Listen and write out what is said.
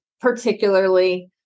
particularly